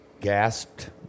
Gasped